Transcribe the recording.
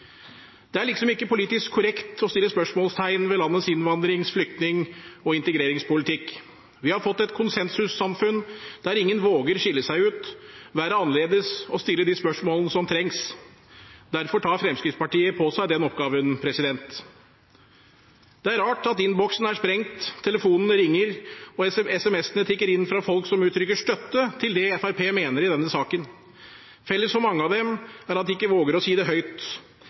Det er liksom ikke politisk korrekt å sette spørsmålstegn ved landets innvandrings-, flyktning- og integreringspolitikk. Vi har fått et konsensussamfunn der ingen våger å skille seg ut, være annerledes og stille de spørsmålene som trengs. Derfor tar Fremskrittspartiet på seg den oppgaven. Det er rart at innboksen er sprengt, telefonene ringer og SMS-ene tikker inn fra folk som uttrykker støtte til det Fremskrittspartiet mener i denne saken. Felles for mange av dem er at de ikke våger å si det høyt.